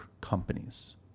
companies